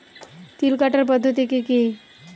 তিল কাটার পদ্ধতি কি কি?